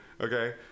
okay